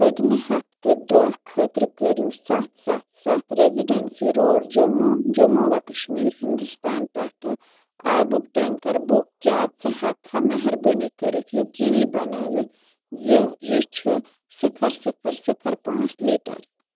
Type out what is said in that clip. پٔتۍمہِ ہفتہٕ دۄہ خٲطرٕ کٔرِو سَتھ سَتھ سَتھ ریٚزِڈٮ۪نٛسی روڈ جموں جموں و کشمیر ہندوستان پؠٹھٕ آبُک ٹٮ۪نٛکر بُک کیٛاہ ژٕ ہٮ۪ککھا مہربٲنی کٔرِتھ یقیٖنی بنٲوِتھ زِ یہِ چھُ صِفر صِفر صِفر پانٛژھ لیٖٹَر